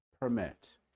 permit